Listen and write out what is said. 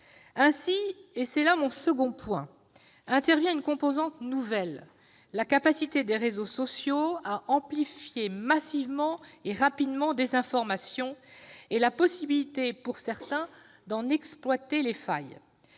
démesurée ces discours. Ainsi intervient une composante nouvelle, la capacité des réseaux sociaux à amplifier massivement et rapidement des informations, et la possibilité pour certains d'en exploiter les failles.